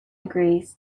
agrees